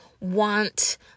want